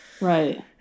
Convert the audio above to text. right